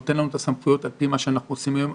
שנותן לנו את הסמכויות על פי מה שאנחנו עושים היום,